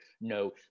no